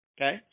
Okay